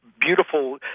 beautiful